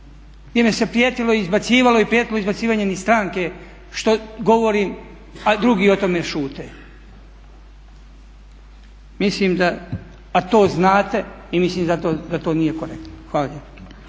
di mi se prijetilo, izbacivalo i prijetilo izbacivanjem iz stranke što govorim, a drugi o tome šute. Mislim da, a to znate i mislim zato da to nije korektno. Hvala